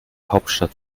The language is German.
hauptstadt